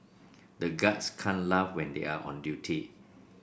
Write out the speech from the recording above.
the guards can't laugh when they are on duty